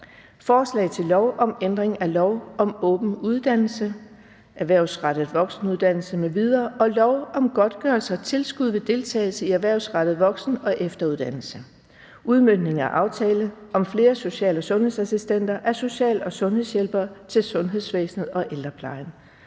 Forslag til lov om ændring af lov om åben uddannelse (erhvervsrettet voksenuddannelse) m.v. og lov om godtgørelse og tilskud ved deltagelse i erhvervsrettet voksen- og efteruddannelse. (Udmøntning af aftale om flere social- og sundhedsassistenter og social- og sundhedshjælpere til sundhedsvæsenet og ældreplejen).